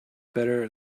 better